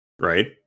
right